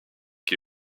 qui